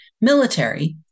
military